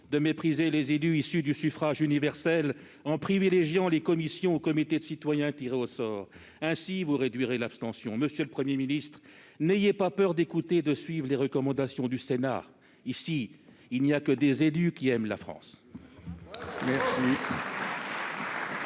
de mépriser les élus issus du suffrage universel en privilégiant les commissions ou comités de citoyens tirés au sort. Ainsi, vous réduirez l'abstention ! Monsieur le Premier ministre, n'ayez pas peur d'écouter et de suivre les recommandations du Sénat, car, ici, il n'y a que des élus qui aiment la France.